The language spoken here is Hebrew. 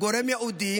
גורם ייעודי